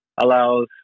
allows